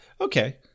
Okay